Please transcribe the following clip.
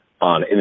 on